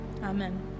amen